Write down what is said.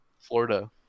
Florida